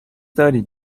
دارید